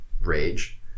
rage